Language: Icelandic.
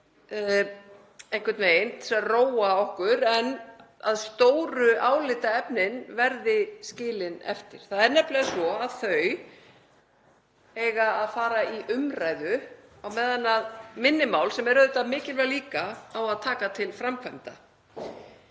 einhvern veginn til að róa okkur en stóru álitaefnin skilin eftir. Það er nefnilega svo að þau eiga að fara í umræðu á meðan minni mál, sem eru auðvitað mikilvæg líka, á að taka til framkvæmda.